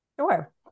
Sure